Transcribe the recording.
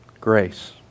Grace